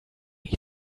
need